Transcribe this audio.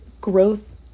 growth